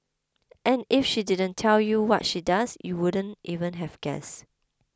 and if she didn't tell you what she does you wouldn't even have guessed